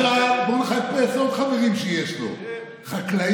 עכשיו, הוא מחפש עוד חברים שיש לו, חקלאים